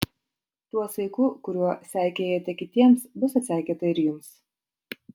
tuo saiku kuriuo seikėjate kitiems bus atseikėta ir jums